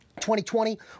2020